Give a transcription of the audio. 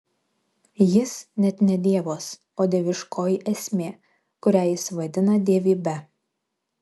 jis net ne dievas o dieviškoji esmė kurią jis vadina dievybe